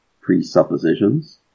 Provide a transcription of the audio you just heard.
presuppositions